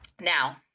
Now